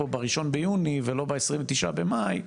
בתאריך ה-1 ביוני ולא בתאריך ה-29 במאי,